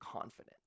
confident